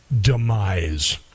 demise